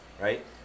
right